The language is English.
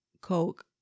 Coke